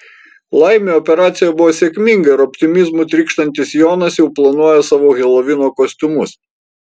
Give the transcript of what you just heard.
laimei operacija buvo sėkminga ir optimizmu trykštantis jonas jau planuoja savo helovino kostiumus